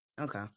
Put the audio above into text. Okay